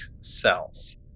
cells